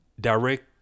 direct